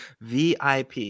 VIP